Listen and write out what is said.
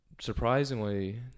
surprisingly